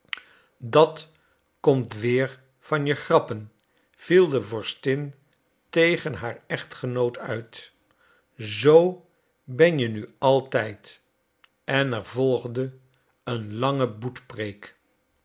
dat komt weer van je grappen viel de vorstin tegen haar echtgenoot uit zoo ben je nu altijd en er volgde een lange